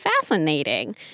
fascinating